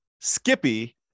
Skippy